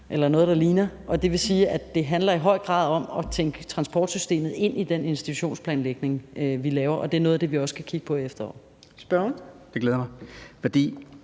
at det i høj grad handler om at tænke transportsystemet ind i den institutionsplanlægning, vi laver, og det er noget af det, vi også skal kigge på i efteråret.